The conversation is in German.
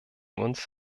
uns